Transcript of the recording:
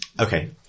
okay